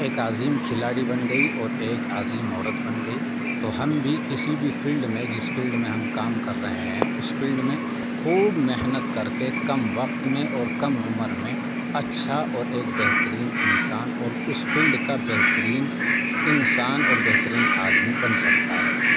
ایک عظیم کھلاڑی بن گئی اور ایک عظیم عورت بن گئی تو ہم بھی کسی بھی فیلڈ میں جس فیلڈ میں ہم کام کر رہے ہیں اس فیلڈ میں خوب محنت کر کے کم وقت میں اور کم عمر میں اچھا اور ایک بہترین انسان اور اس فیلڈ کا بہترین انسان اور بہترین آدمی بن سکتا ہے